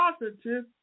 positive